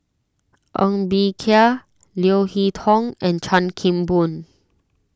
Ng Bee Kia Leo Hee Tong and Chan Kim Boon